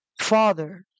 father